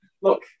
look